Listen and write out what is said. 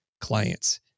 clients